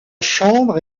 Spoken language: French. chambre